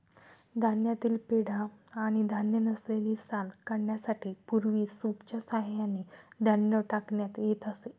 धान्यातील पेंढा आणि धान्य नसलेली साल काढण्यासाठी पूर्वी सूपच्या सहाय्याने धान्य टाकण्यात येत असे